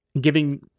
Giving